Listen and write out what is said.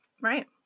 Right